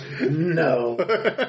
No